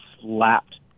slapped